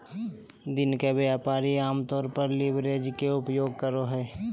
दिन के व्यापारी आमतौर पर लीवरेज के उपयोग करो हइ